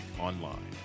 online